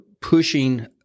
pushing